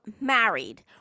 married